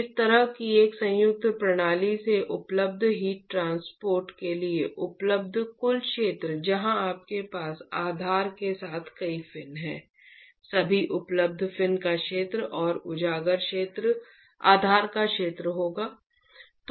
इस तरह की एक संयुक्त प्रणाली से उपलब्ध हीट ट्रांसपोर्ट के लिए उपलब्ध कुल क्षेत्र जहां आपके पास आधार के साथ कई फिन हैं सभी उपलब्ध फिन का क्षेत्रफल और उजागर आधार का क्षेत्र होगा